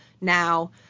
now